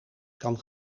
kan